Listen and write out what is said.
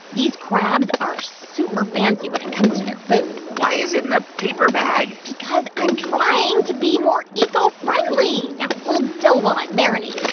these crabs are super fancy when it comes to their food why is it in a paper bag? because i'm trying to be more eco-friendly. now hold still while i marinate